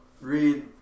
read